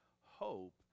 hope